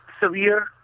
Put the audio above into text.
severe